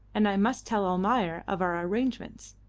and i must tell almayer of our arrangements.